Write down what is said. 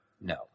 No